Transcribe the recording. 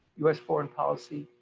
us foreign policy,